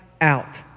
out